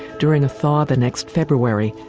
during a thaw the next february,